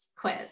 quiz